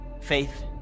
faith